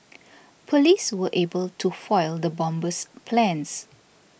police were able to foil the bomber's plans